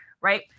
right